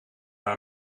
naar